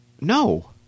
No